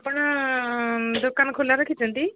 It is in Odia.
ଆପଣ ଦୋକାନ ଖୋଲା ରଖିଛନ୍ତି